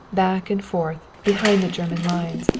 back and forth, behind the german lines,